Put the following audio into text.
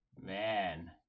man